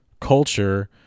culture